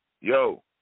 Yo